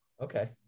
Okay